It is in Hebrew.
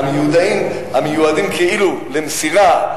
המיועדים כאילו למסירה,